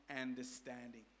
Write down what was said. understanding